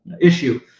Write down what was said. issue